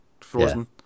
frozen